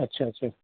अच्छा अच्छा